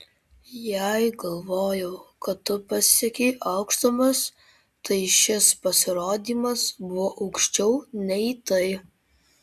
jei galvojau kad tu pasiekei aukštumas tai šis pasirodymas buvo aukščiau nei tai